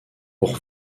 pour